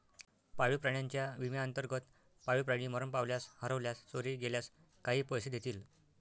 पाळीव प्राण्यांच्या विम्याअंतर्गत, पाळीव प्राणी मरण पावल्यास, हरवल्यास, चोरी गेल्यास काही पैसे देतील